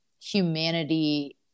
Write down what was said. humanity